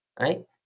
right